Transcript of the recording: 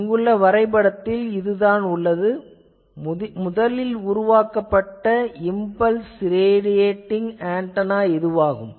இங்குள்ள படத்தில் உள்ளதுதான் முதலில் உருவாக்கப்பட்ட இம்பல்ஸ் ரேடியட்டிங் ஆன்டெனா ஆகும்